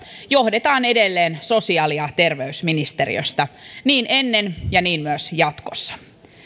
johdetaan edelleen sosiaali ja terveysministeriöstä niin ennen ja niin myös jatkossa